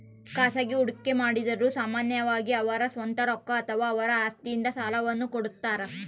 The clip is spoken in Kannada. ಖಾಸಗಿ ಹೂಡಿಕೆಮಾಡಿರು ಸಾಮಾನ್ಯವಾಗಿ ಅವರ ಸ್ವಂತ ರೊಕ್ಕ ಅಥವಾ ಅವರ ಆಸ್ತಿಯಿಂದ ಸಾಲವನ್ನು ಕೊಡುತ್ತಾರ